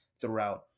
throughout